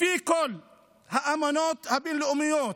לפי כל האמנות הבין-לאומיות